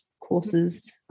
courses